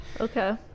Okay